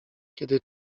kiedy